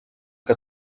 que